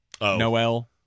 noel